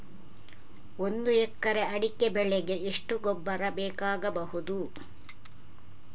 ಒಂದು ಎಕರೆ ಅಡಿಕೆ ಬೆಳೆಗೆ ಎಷ್ಟು ಗೊಬ್ಬರ ಬೇಕಾಗಬಹುದು?